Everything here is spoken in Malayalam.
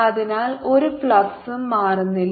അതിനാൽ ഒരു ഫ്ലക്സും മാറുന്നില്ല